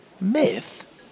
Myth